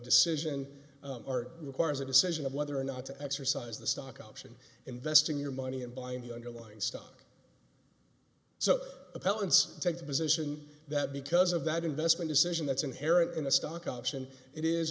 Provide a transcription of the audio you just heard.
decision or requires a decision of whether or not to exercise the stock option investing your money and buying the underlying stock so appellants take the position that because of that investment decision that's inherent in a stock option it is